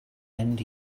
end